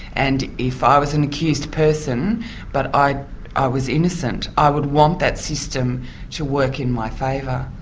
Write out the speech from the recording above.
and if ah i was an accused person but i i was innocent, i would want that system to work in my favour.